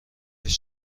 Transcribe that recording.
بهش